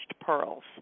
Pearls